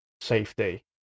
safety